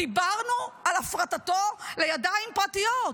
דיברנו על הפרטתו לידיים פרטיות,